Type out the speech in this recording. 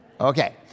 Okay